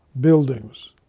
buildings